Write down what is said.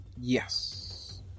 Yes